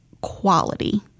quality